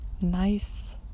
nice